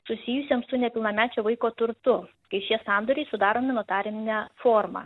susijusiems su nepilnamečio vaiko turtu i šie sandoriai sudaromi notarine forma